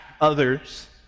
others